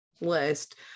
list